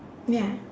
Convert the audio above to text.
ya